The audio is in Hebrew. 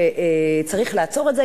שצריך לעצור את זה,